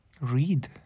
read